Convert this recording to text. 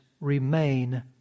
remain